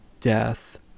death